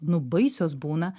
nu baisios būna